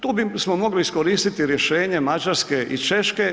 Tu bismo mogli iskoristiti rješenje Mađarske i Češke.